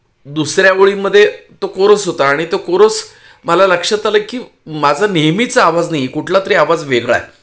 दुसऱ्या ओळीमध्ये तो कोरोस होता आणि तो कोरोस मला लक्षात आलं की माझं नेहमीचा आवाज नाही आहे कुठला तरी आवाज वेगळा आहे